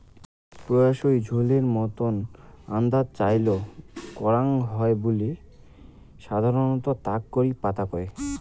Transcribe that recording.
প্রায়শই ঝোলের মতন আন্দাত চইল করাং হই বুলি সাধারণত তাক কারি পাতা কয়